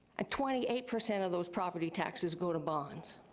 ah twenty eight percent of those property taxes go to bonds.